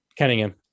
Kenningham